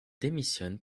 démissionne